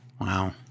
Wow